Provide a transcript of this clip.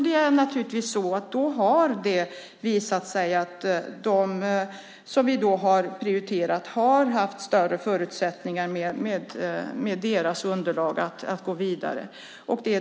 Det har naturligtvis visat sig att dem vi har prioriterat har haft större förutsättningar att gå vidare.